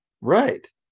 Right